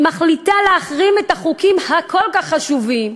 מחליטה להחרים את החוקים הכל-כך חשובים,